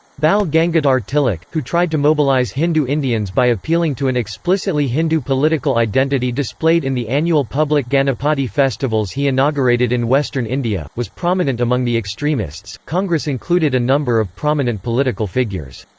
bal gangadhar tilak, who tried to mobilise hindu indians by appealing to an explicitly hindu political identity displayed in the annual public ganapati festivals he inaugurated in western india, was prominent among the extremists congress included a number of prominent political figures.